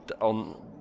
on